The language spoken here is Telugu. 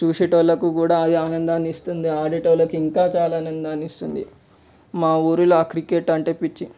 చూసే వాళ్ళకి కూడా ఆనందాన్ని ఇస్తుంది ఆడేటోలకి ఇంకా చాలా ఆనందాన్ని ఇస్తుంది మా ఊరిలో ఆ క్రికెట్ అంటే పిచ్చి